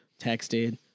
texted